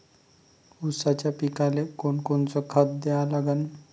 ऊसाच्या पिकाले कोनकोनचं खत द्या लागन?